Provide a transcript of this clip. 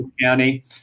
County